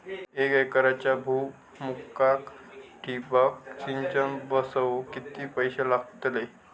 एक एकरच्या भुईमुगाक ठिबक सिंचन बसवूक किती पैशे लागतले?